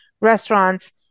restaurants